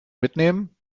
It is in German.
mitnehmen